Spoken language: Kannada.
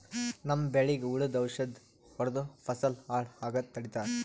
ನಮ್ಮ್ ಬೆಳಿಗ್ ಹುಳುದ್ ಔಷಧ್ ಹೊಡ್ದು ಫಸಲ್ ಹಾಳ್ ಆಗಾದ್ ತಡಿತಾರ್